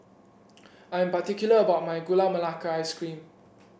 I am particular about my Gula Melaka Ice Cream